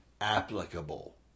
applicable